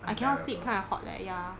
I cannot sleep kind of hot leh ya